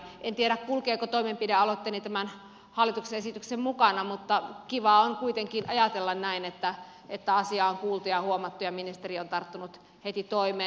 en tiedä kulkeeko toimenpidealoitteeni tämän hallituksen esityksen mukana mutta kivaa on kuitenkin ajatella näin että asia on kuultu ja huomattu ja ministeri on tarttunut heti toimeen